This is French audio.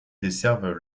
desservent